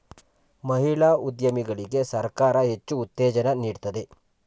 ಮಹಿಳಾ ಉದ್ಯಮಿಗಳಿಗೆ ಸರ್ಕಾರ ಹೆಚ್ಚು ಉತ್ತೇಜನ ನೀಡ್ತಿದೆ